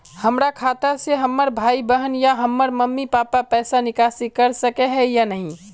हमरा खाता से हमर भाई बहन या हमर मम्मी पापा पैसा निकासी कर सके है या नहीं?